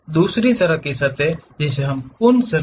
दूसरी तरह की सतहें हैं कून्स सर्फ़ेस